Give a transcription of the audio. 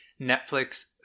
netflix